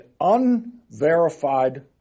unverified